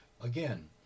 Again